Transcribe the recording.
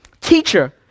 Teacher